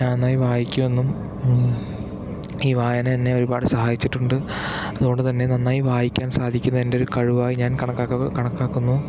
ഞാൻ നന്നായി വായിക്കുമെന്നും ഈ വായന എന്നെ ഒരുപാട് സഹായിച്ചിട്ടുണ്ട് അതുകൊണ്ടുത്തന്നെ നന്നായി വായിക്കാൻ സാധിക്കുന്നതെൻ്റെ ഒരു കഴിവായി ഞാൻ കണക്കാക്കുന്നു കണക്കാക്കുന്നു